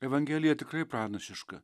evangelija tikrai pranašiška